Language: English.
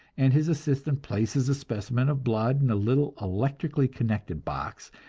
and his assistant places a specimen of blood in a little electrically connected box,